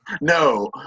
No